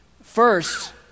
First